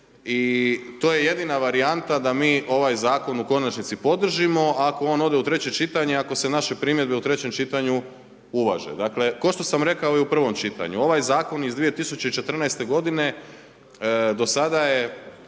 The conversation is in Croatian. i to je jedina varijanta da mi ovaj zakon u konačnici podržimo ako on ode u treće čitanje ako se naše primjedbe u trećem čitanju uvaže. Dakle, kao što sam rekao i u prvom čitanju, ovaj Zakon iz 2014. godine do sada je